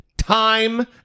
Time